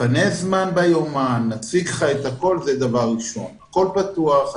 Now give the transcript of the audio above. פנה זמן ביומן, נציג לך הכול, הכול פתוח.